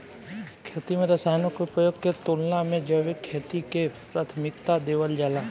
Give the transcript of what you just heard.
खेती में रसायनों के उपयोग के तुलना में जैविक खेती के प्राथमिकता देवल जाला